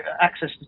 access